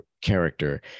character